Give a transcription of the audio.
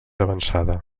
avançada